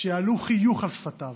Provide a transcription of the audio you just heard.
שיעלה חיוך על שפתיו,